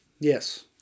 Yes